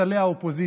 מספסלי האופוזיציה,